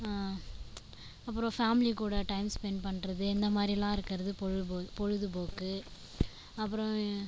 அப்புறம் ஃபேமிலி கூட time spend பண்ணுறது இந்த மாதிரிலா இருக்கிறது பொழுதுபோய் பொழுதுபோக்கு அப்புறம்